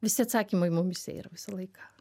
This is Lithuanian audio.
visi atsakymai mumyse yra visą laiką